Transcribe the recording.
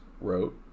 wrote